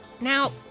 Now